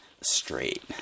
Straight